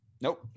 Nope